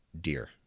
deer